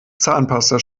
zahnpasta